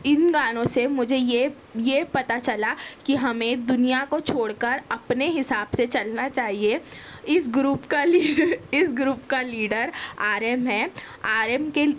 اِن گانوں سے مجھے یہ یہ پتا چلا کہ ہمیں دنیا کو چھوڑ کر اپنے حساب سے چلنا چاہیے اِس گروپ کا اِس گروپ کا لیڈر آرئم ہے آرئم کے